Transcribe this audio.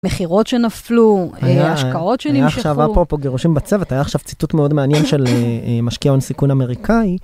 מכירות שנפלו, השקעות שנמשכו. -היה עכשיו אפרופו גירושים בצוות, היה עכשיו ציטוט מאוד מעניין של משקיע הון סיכון אמריקאי.